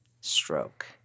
stroke